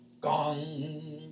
gong